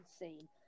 insane